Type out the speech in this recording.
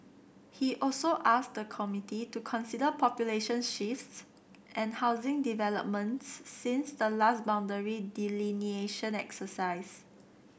he also asked the committee to consider population shifts and housing developments since the last boundary delineation exercise